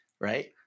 right